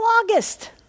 August